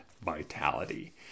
vitality